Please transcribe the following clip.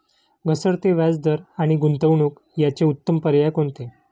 घसरते व्याजदर आणि गुंतवणूक याचे उत्तम पर्याय कोणते?